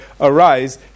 arise